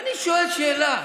אני שואל שאלה: